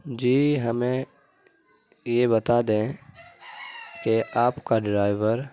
جی ہمیں یہ بتا دیں کہ آپ کا ڈرائیور